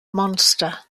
monster